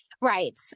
Right